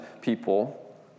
people